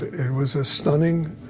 it was a stunning,